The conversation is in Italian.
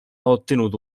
ottenuto